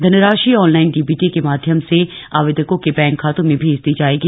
धनराशि online DBT के माध्यम से आवेदकों के बैंक खातों में भेज दी जाएगी